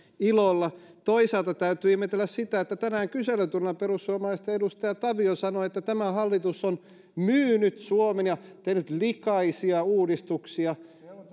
ilolla toisaalta täytyy ihmetellä sitä että tänään kyselytunnilla perussuomalaisten edustaja tavio sanoi että tämä hallitus on myynyt suomen ja tehnyt likaisia uudistuksia